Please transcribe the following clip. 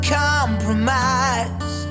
compromise